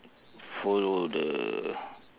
follow the